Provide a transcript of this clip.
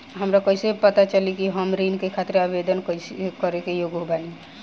हमरा कइसे पता चली कि हम ऋण के खातिर आवेदन करे के योग्य बानी?